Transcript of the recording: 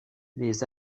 les